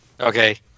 Okay